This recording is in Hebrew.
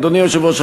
אדוני היושב-ראש,